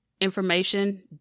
information